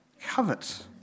covet